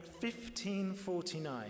1549